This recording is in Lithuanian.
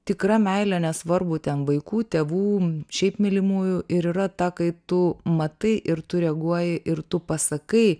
tikra meilė nesvarbu ten vaikų tėvų šiaip mylimųjų ir yra ta kai tu matai ir tu reaguoji ir tu pasakai